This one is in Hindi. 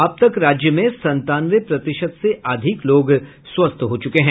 अब तक राज्य में संतानवे प्रतिशत से अधिक लोग स्वस्थ हो चुके हैं